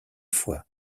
fois